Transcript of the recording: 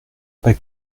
pas